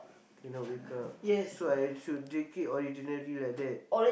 cannot wake up so I should drink it originally like that